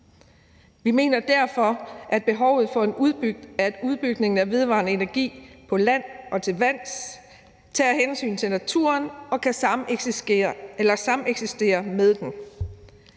Vi mener derfor, at der er behov for, at en udbygning af vedvarende energi på land og til vands tager hensyn til naturen og kan sameksistere med den.